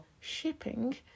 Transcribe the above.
shipping